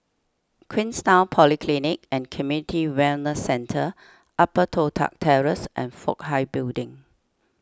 Queenstown Polyclinic and Community Wellness Centre Upper Toh Tuck Terrace and Fook Hai Building